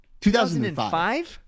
2005